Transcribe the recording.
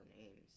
names